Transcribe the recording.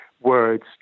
words